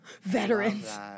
Veterans